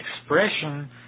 expression